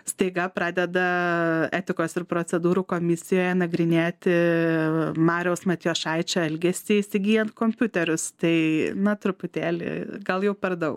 staiga pradeda etikos ir procedūrų komisijoje nagrinėti mariaus matijošaičio elgesį įsigyjant kompiuterius tai na truputėlį gal jau per daug